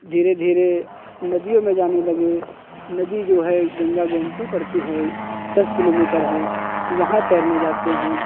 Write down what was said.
धीरे धीरे नदियों में जाने लगे नदी जो है गंगा गोमती पड़ती है दस किलोमीटर है वहाँ तैरने जाते हैं